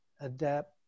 adapt